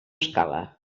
escala